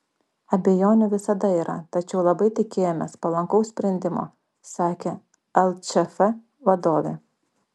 abejonių visada yra tačiau labai tikėjomės palankaus sprendimo sakė lčf vadovė